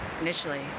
initially